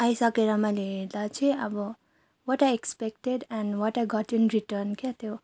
आइसकेर मैले हेर्दा चाहिँ अब what I expected and what I got in return क्या त्यो